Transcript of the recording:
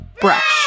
brush